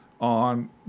on